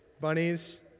Bunnies